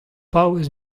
paouez